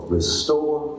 Restore